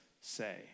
say